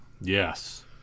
Yes